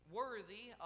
worthy